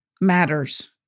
matters